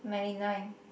ninety nine